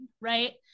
right